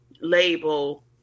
label